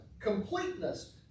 completeness